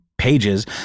pages